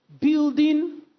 building